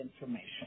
information